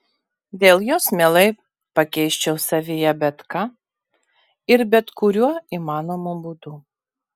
dėl jos mielai pakeisčiau savyje bet ką ir bet kuriuo įmanomu būdu